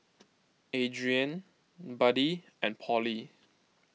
Adriene Buddie and Pollie